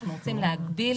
אנחנו רוצים להגביל.